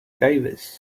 davis